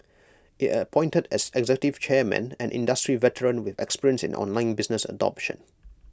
IT appointed as executive chairman an industry veteran with experience in online business adoption